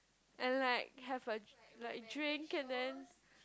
and like have a like drink and then